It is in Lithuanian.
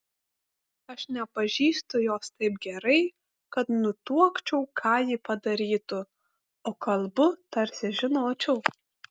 aš nepažįstu jos taip gerai kad nutuokčiau ką ji padarytų o kalbu tarsi žinočiau